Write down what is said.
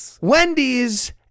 Wendy's